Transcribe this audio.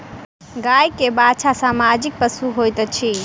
गाय के बाछा सामाजिक पशु होइत अछि